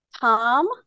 Tom